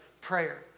prayer